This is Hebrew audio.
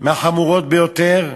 מהחמורים ביותר,